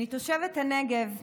אני תושבת הנגב.